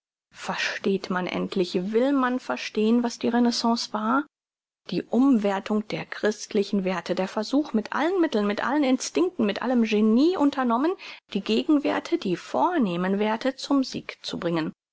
versteht man endlich will man verstehn was die renaissance war die umwerthung der christlichen werthe der versuch mit allen mitteln mit allen instinkten mit allem genie unternommen die gegen werthe die vornehmen werthe zum sieg zu bringen